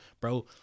bro